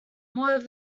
moreover